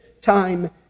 time